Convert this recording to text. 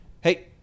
hey